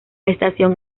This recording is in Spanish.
estación